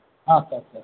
আচ্ছা আচ্ছা